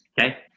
Okay